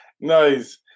Nice